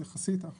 אז יחסית אנחנו